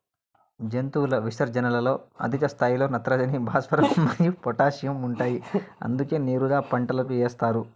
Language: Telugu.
జంతువుల విసర్జనలలో అధిక స్థాయిలో నత్రజని, భాస్వరం మరియు పొటాషియం ఉంటాయి అందుకే నేరుగా పంటలకు ఏస్తారు